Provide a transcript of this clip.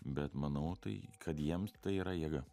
bet manau tai kad jiems tai yra jėga